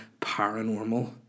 paranormal